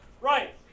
Right